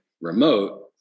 remote